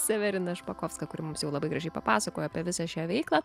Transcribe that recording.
severina špakovska kuri mums jau labai gražiai papasakojo apie visą šią veiklą